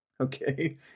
Okay